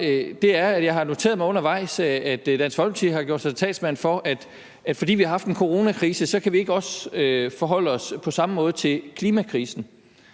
jeg undervejs har noteret mig, at Dansk Folkeparti har gjort sig til talsmand for, at fordi vi har haft en coronakrise, kan vi ikke også forholde os på samme måde til klimakrisen.